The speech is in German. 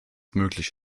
möglich